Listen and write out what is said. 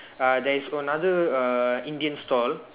uh there is another err Indian stall